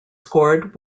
scored